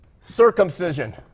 Circumcision